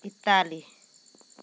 Italy